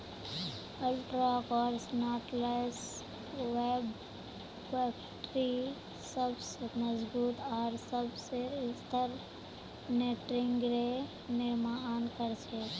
ultra cross knotless web factory सबस मजबूत आर सबस स्थिर नेटिंगेर निर्माण कर छेक